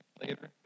later